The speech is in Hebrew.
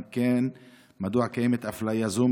2. אם כן, מדוע קיימת אפליה זו?